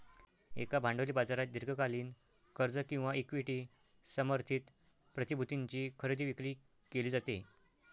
एका भांडवली बाजारात दीर्घकालीन कर्ज किंवा इक्विटी समर्थित प्रतिभूतींची खरेदी विक्री केली जाते